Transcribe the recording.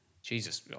Jesus